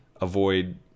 avoid